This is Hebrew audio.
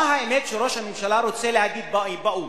מה האמת שראש הממשלה רוצה להגיד באו"ם?